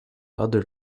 other